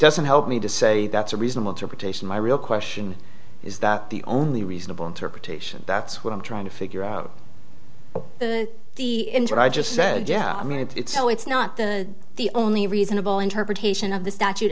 doesn't help me to say that's a reasonable to petition my real question is that the only reasonable interpretation that's what i'm trying to figure out the injured i just said yeah i mean it's so it's not the the only reasonable interpretation of the statute